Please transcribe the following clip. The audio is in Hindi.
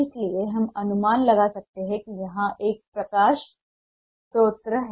इसलिए हम अनुमान लगा सकते हैं कि यहाँ एक प्रकाश स्रोत है